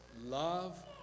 love